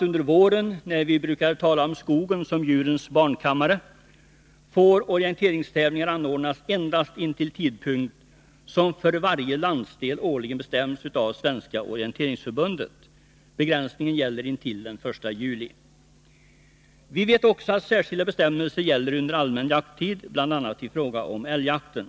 Under våren, när vi brukar tala om skogen som djurens barnkammare, får orienteringstävlingar anordnas endast intill tidpunkt som för varje landsdel årligen bestäms av Svenska orienteringsförbundet. Nr 49 Begränsningen gäller intill den 1 juli. Vi vet också att särskilda bestämmelser Tisdagen den gäller under allmän jakttid, bl.a. i fråga om älgjakten.